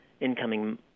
incoming